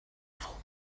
devil